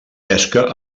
pesca